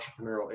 entrepreneurial